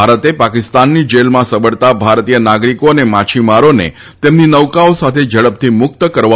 ભારતે પાકિસ્તાનની જેલમાં સબડતા ભારતીય નાગરિકો અને માછીમારોને તેમની નૌકાઓ સાથે ઝડપથી મુક્ત કરવા ઉપર ભાર મૂક્યો છે